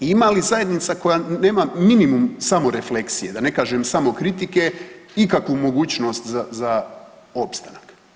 I ima li zajednica koja nema minimum samorefleksije, da ne kažem samokritike ikakvu mogućnost za, za opstanak?